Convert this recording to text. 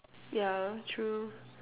ya true